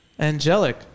Angelic